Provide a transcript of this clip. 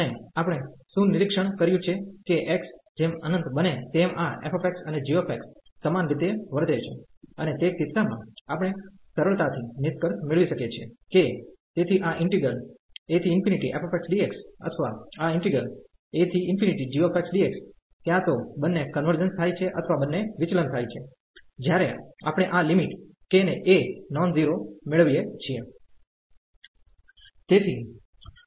અને આપણે શું નિરીક્ષણ કર્યું છે કે x જેમ ઇન્ફિનિટી બને તેમ આ f અને g સમાન રીતે વર્તે છે અને તે કિસ્સા મા આપણે સરળતાથી નિષ્કર્ષ મેળવી શકીયે છીએ કે તેથી આ ઈન્ટિગ્રલ af dx અથવા આ ઈન્ટિગ્રલ ag dx ક્યાં તો બન્ને કન્વર્જન્સ થાય છે અથવા બન્ને વિચલન થાય છે જ્યારે આપણે આ લિમિટ k એ નોન ઝીરો મેળવીયે છીએ